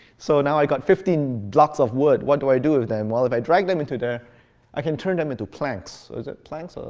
so now i've got fifteen blocks of wood. what do i do with them? well, if i drag them into the i can turn them into planks. is it planks?